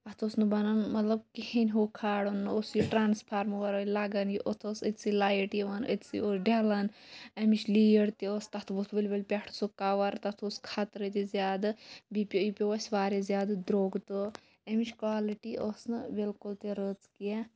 اَتھ اوس نہٕ بَنان مطلب کہِ کِہینۍ ہُہ کھالُن نَہ اوس یہِ ٹرانَس فارمہٕ وَرٲے لَگان یہِ اَتھ اوس أتھسٕے لایِٹ یِوان أتھسٕے اوس ڈلان اَمِچ لیٖڈ تہِ ٲس تَتھ ووٚتھ ؤلۍ ؤلۍ پٮ۪ٹھٕ سُہ کَور تَتھ اوس خطرٕ تہِ زیادٕ بیٚیہِ یہِ پیوٚو اَسہِ واریاہ زیادٕ دروٚگ تہٕ اَمِچ کولٹی ٲس نہٕ بِلکُل تہِ رٔژٕ کیٚنہہ